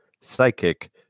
psychic